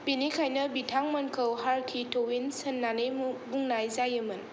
बेनिखायनो बिथां मोनखौ 'ह'की ट्विन्स' होननानै बुंनाय जायो मोन